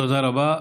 תודה רבה.